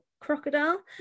crocodile